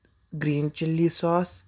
green chilli sauce